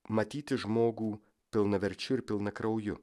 matyti žmogų pilnaverčiu ir pilnakrauju